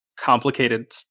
complicated